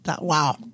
Wow